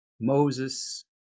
Moses